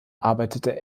arbeitete